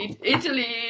Italy